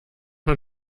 man